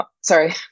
sorry